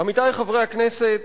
עמיתי חברי הכנסת,